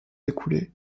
écoulées